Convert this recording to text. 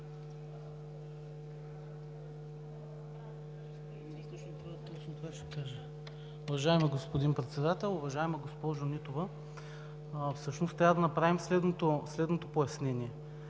Уважаеми господин Председател, уважаема госпожо Нитова! Всъщност трябва да направим следното пояснение.